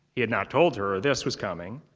he had not told her this was coming.